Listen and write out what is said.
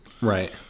Right